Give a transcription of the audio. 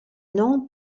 non